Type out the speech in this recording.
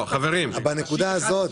את חוזק הניקוטין שלה.